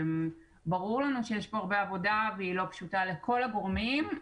ברור לנו שיש פה הרבה עבודה והיא לא פשוטה לכל הגורמים,